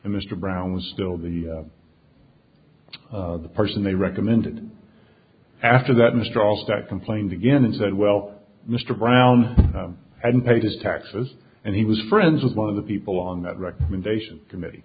and mr brown was still the person they recommended after that mr auspex complained again and said well mr brown hadn't paid his taxes and he was friends with one of the people on that recommendation committee